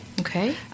Okay